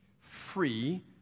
free